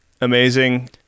amazing